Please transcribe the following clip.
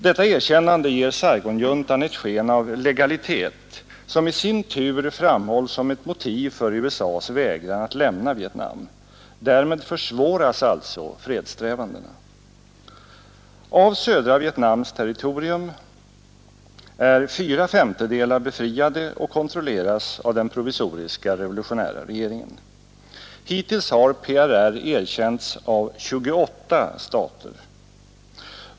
Detta erkännande ger Saigonjuntan ett sken av legalitet, som i sin tur framhålls som ett motiv för USA:s vägran att lämna Vietnam. Därmed försvåras alltså fredssträvandena. Av södra Vietnams territorium är fyra femtedelar befriade och kontrolleras av den provisoriska revolutionära regeringen. Hittills har 35 PRR erkänts av 28 stater.